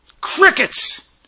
Crickets